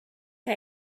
que